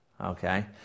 okay